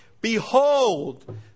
Behold